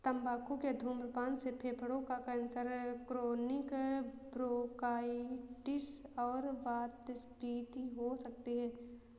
तंबाकू के धूम्रपान से फेफड़ों का कैंसर, क्रोनिक ब्रोंकाइटिस और वातस्फीति हो सकती है